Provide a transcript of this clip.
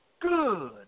good